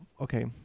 okay